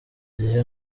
gihe